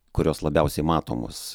kurios labiausiai matomos